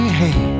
hey